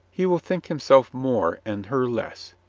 he will think himself more and her less,